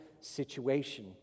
situation